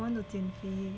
I want to 减肥